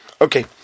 okay